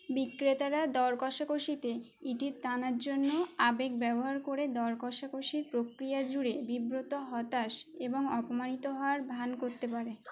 বিক্রেতারা দরকষাকষিতে ইটির তানার জন্য আবেগ ব্যবহার করে দরকষাকষির প্রক্রিয়া জুড়ে বিব্রত হতাশ এবং অপমানিত হওয়ার ভান করতে পারে